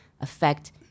affect